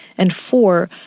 and four,